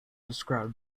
described